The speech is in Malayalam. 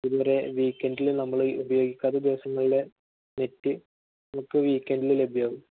ഇതുവരെ വീക്കെൻഡില് നമ്മള് ഉപയോഗിക്കാത്ത ദിവസങ്ങളിലെ നെറ്റ് നമുക്ക് വീക്കെൻഡില് ലഭ്യമാകും